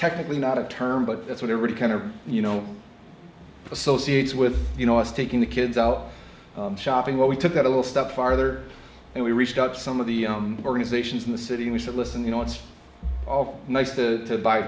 technically not a term but that's what everybody kind of you know associates with you know us taking the kids out shopping what we took out a little step farther and we reached out some of the organizations in the city and we said listen you know it's all nice to